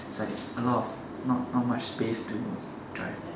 is like a lot of not not much space to drive